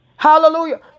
Hallelujah